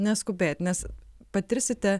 neskubėt nes patirsite